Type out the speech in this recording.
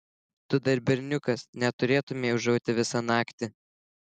tu dar berniukas neturėtumei ūžauti visą naktį